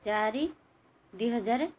ଚାରି ଦୁଇ ହଜାର